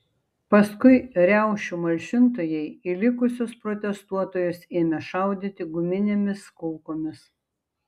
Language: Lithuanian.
paskui riaušių malšintojai į likusius protestuotojus ėmė šaudyti guminėmis kulkomis